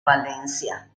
valencia